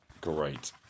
great